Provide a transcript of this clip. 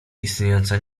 istniejąca